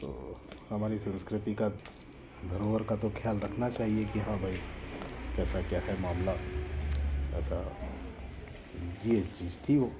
तो हमारी संस्कृति का धरोहर का तो ख्याल रखना चाहिए कि हाँ भाई कैसा क्या है मामला ऐसा ये चीज थी वो